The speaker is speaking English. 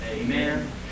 Amen